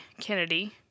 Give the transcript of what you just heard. Kennedy